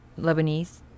Lebanese